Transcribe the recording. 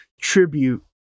tribute